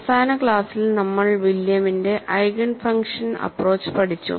അവസാന ക്ലാസ്സിൽ നമ്മൾ വില്യമിന്റെ ഐഗേൻ ഫംഗ്ഷൻ അപ്പ്രോച്ച്Williams Eigen Function approach പഠിച്ചു